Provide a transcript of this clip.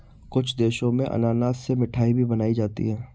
कुछ देशों में अनानास से मिठाई भी बनाई जाती है